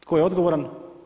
Tko je odgovoran?